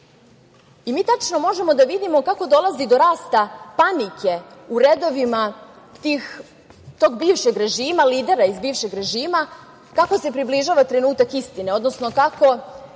tačno možemo da vidimo kako dolazi do rasta panike u redovima tog bivšeg režima, lidera iz bivšeg režima, kako se približava trenutak istine, odnosno kako